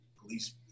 police